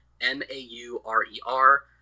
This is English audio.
M-A-U-R-E-R